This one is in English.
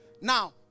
Now